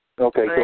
Okay